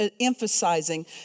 emphasizing